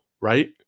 right